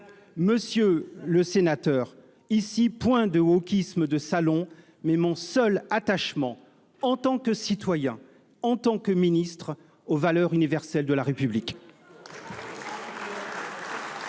Monsieur le sénateur, ne voyez ici point de « wokisme de salon », mais mon seul attachement, en tant que citoyen, en tant que ministre, aux valeurs universelles de la République.